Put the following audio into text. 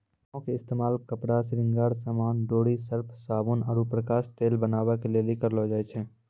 भांगो के इस्तेमाल कपड़ा, श्रृंगार समान, डोरी, सर्फ, साबुन आरु प्रकाश तेल बनाबै के लेली करलो जाय छै